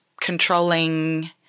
controlling